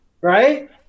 right